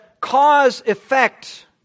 cause-effect